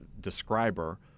describer